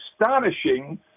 astonishing